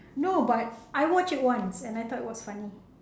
no but I watched it once and I thought it was funny